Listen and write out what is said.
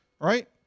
Right